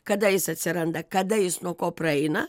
kada jis atsiranda kada jis nuo ko praeina